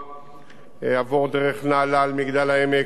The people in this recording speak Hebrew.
עבוֹר דרך נהלל, מגדל-העמק, עד יפיע.